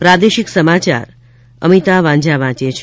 પ્રાદેશિક સમાચાર અમિતા વાંઝા વાંચે છે